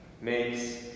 makes